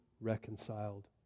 reconciled